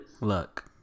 Look